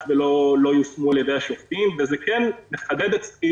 ולא יושמו על-ידי השופטים וזה מחדד אצלי